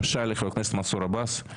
למשל לחבר הכנסת מנסור עבאס,